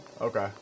Okay